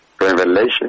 Revelation